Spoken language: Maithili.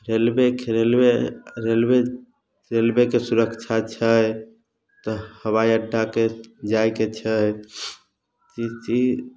रेलवे रेलवे रेलवे रेलवेके सुरक्षा छै तऽ हवाइ अड्डा के जाइके छै